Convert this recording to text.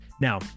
Now